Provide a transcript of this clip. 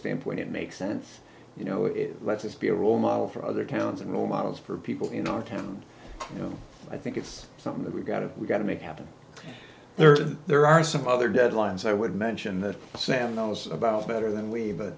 standpoint it makes sense you know it lets us be a role model for other towns and role models for people in our town you know i think it's something that we've got to we've got to make happen there are there are some other deadlines i would mention that sam knows about better than we but